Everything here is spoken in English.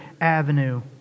avenue